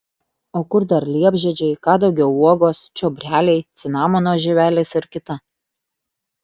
o kur dar liepžiedžiai kadagio uogos čiobreliai cinamono žievelės ir kita